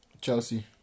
Chelsea